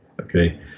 Okay